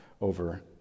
over